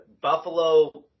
Buffalo